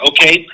Okay